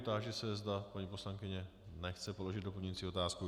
Táži se, zda paní poslankyně nechce položit doplňující otázku.